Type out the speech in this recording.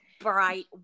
bright